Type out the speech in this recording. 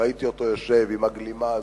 ראיתי אותו יושב עם הגלימה הזאת,